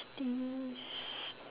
mmhmm